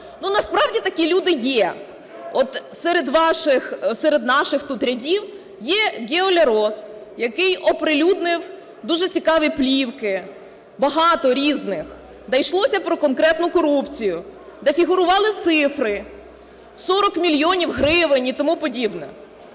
серед ваших, серед наших тут рядів є Гео Лерос, який оприлюднив дуже цікаві плівки, багато різних, де йшлося про конкретну корупцію, де фігурували цифри, 40 мільйонів гривень і тому подібне.